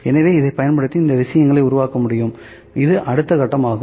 எனவே இதைப் பயன்படுத்தி இந்த விஷயங்களை உருவாக்க முடியும் இது அடுத்த கட்டமாகும்